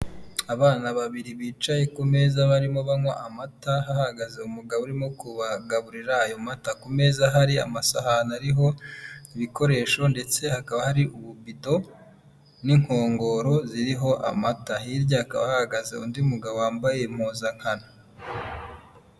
Abana babiri bicaye ku meza barimo banywa amata hahagaze umugabo urimo kubagaburira ayo mata, ku meza hari amasahani ariho ibikoresho ndetse hakaba hari ububido n'inkongoro ziriho amata, hirya hakaba hahagaze undi mugabo wambaye impuzankanano.